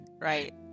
Right